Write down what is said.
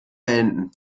beenden